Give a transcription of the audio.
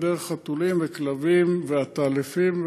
דרך חתולים וכלבים ועטלפים,